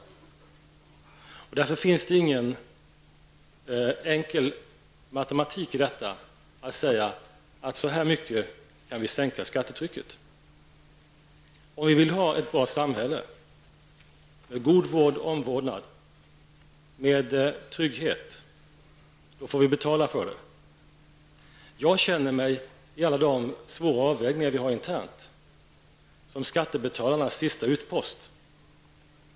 Därför finns det ingen enkel matematik som innebär att vi kan säga att så här mycket kan vi sänka skattetrycket. Om vi vill ha ett bra samhälle med god vård och omvårdnad, med trygghet -- då får vi betala för det. Jag känner mig, i alla de svåra avvägningar vi gör internt, som skattebetalarnas sista utpost.